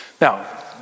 Now